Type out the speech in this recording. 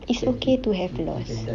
it's okay to have flaws